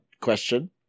question